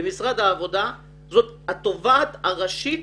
במשרד העבודה זו התובעת הראשית